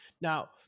Now